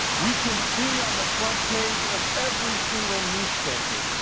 we can see on the front page of every single newspaper